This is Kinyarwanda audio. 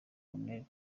corneille